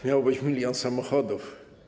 Miało być milion samochodów.